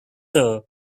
other